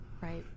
right